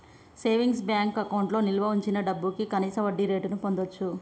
savings bank అకౌంట్లో నిల్వ వుంచిన డబ్భుకి కనీస వడ్డీరేటును పొందచ్చు